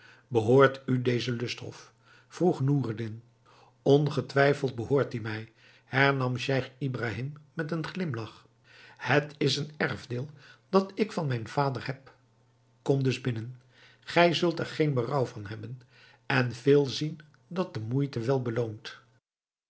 behoort u dezen lusthof vroeg noureddin ongetwijfeld behoort die mij hernam scheich ibrahim met een glimlach het is een erfdeel dat ik van mijn vader heb kom dus binnen gij zult er geen berouw van hebben en veel zien dat de moeite wel beloont